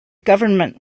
government